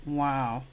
wow